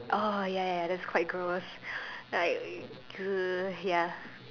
oh ya ya that's quite gross like ya